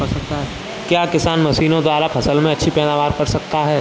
क्या किसान मशीनों द्वारा फसल में अच्छी पैदावार कर सकता है?